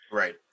right